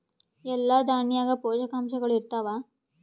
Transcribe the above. ಎಲ್ಲಾ ದಾಣ್ಯಾಗ ಪೋಷಕಾಂಶಗಳು ಇರತ್ತಾವ?